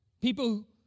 People